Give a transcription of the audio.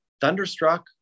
Thunderstruck